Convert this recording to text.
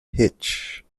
hitch